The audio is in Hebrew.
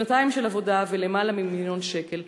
שנתיים של עבודה ולמעלה ממיליון שקל.